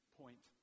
point